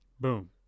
Boom